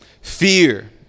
fear